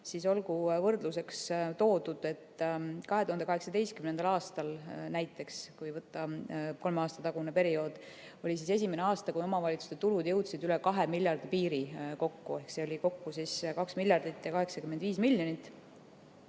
Olgu võrdluseks toodud, et 2018. aastal – näiteks, kui võtta kolme aasta tagune periood – oli esimene aasta, kui omavalitsuste tulud jõudsid üle 2 miljardi euro piiri. Ehk see oli kokku 2 miljardit ja 85 miljonit.